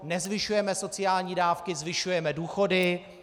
Nezvyšujeme sociální dávky, zvyšujeme důchody.